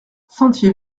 sentier